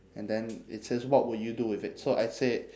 and then it says what would you do with it so I said